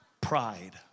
Pride